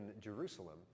Jerusalem